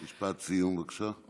משפט סיום, בבקשה.